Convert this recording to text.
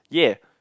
yeah